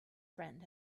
friend